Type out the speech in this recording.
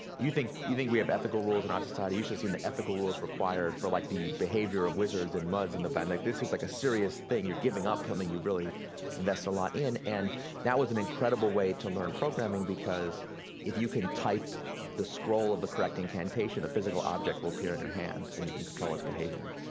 you think you think we have ethical rules in our society, you should have seen the ethical rules required for like the behavior of wizards and muds, and but like this was like a serious thing! you're giving up something you've really invested a lot in, and that was an incredible way to learn programming because if you can type the scroll of the correct incantation, a physical object will appear in your hand and you can control its behavior.